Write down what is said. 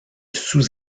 sous